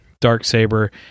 Darksaber